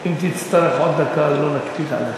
אם תצטרך עוד דקה, אז לא נקפיד עליך.